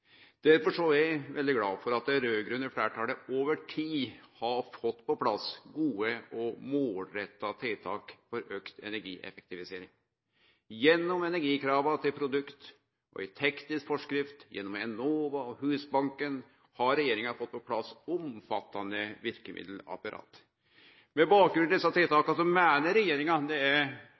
Derfor er eg veldig glad for at det raud-grøne fleirtalet over tid har fått på plass gode og målretta tiltak for auka energieffektivisering. Gjennom energikrava til produkt og i teknisk forskrift, gjennom Enova og Husbanken har regjeringa fått på plass omfattande verkemiddelapparat. Med bakgrunn i desse tiltaka meiner regjeringa det er